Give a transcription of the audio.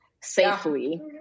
safely